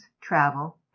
travel